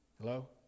hello